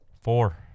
four